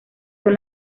son